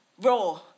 raw